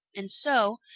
and so,